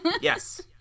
yes